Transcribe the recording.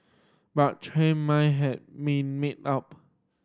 but Chen mind had been made up